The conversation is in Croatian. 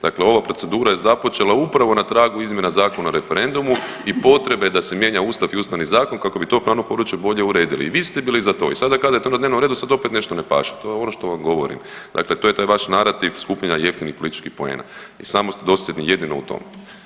Dakle ova procedura je započela upravo na tragu izmjena Zakona o referendumu i potrebe da se mijenja ustav i Ustavni zakon kako bi to pravno područje bolje uredili i vi ste bili za to i sada kada je to na dnevnom redu sad opet nešto ne paše, to je ono što vam govorim, dakle to je taj vaš narativ skupljanja jeftinih političkih poena i samo ste dosljednji jedino u tome.